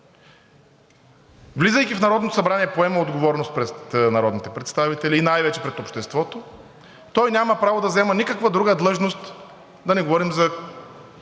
влизайки в Народното събрание, поема отговорност пред народните представители и най-вече пред обществото. Той няма право да заема никаква друга длъжност, да не говорим за